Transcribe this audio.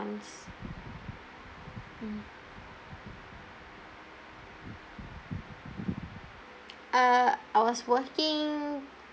mmhmm uh I was working